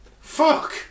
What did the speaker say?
Fuck